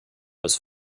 was